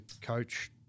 coach